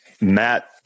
Matt